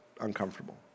uncomfortable